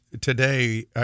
today